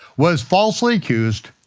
was falsely accused,